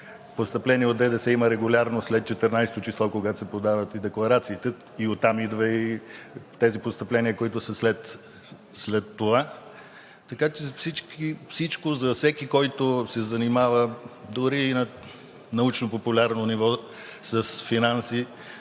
постъпления от ДДС има регулярно след 14-о число, когато се подават декларациите, оттам идват тези постъпления, които са след това, така че за всеки, който се занимава дори на научно-популярно ниво с финанси,